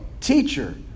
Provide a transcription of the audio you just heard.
teacher